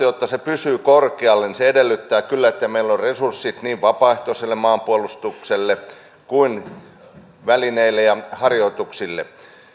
jotta maanpuolustustahto pysyy korkealla se edellyttää kyllä että meillä on resurssit niin vapaaehtoiselle maanpuolustukselle kuin myös välineille ja harjoituksille